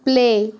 play